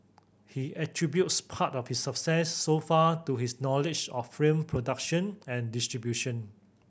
he attributes part of its success so far to his knowledge of film production and distribution